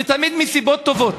ותמיד מסיבות טובות: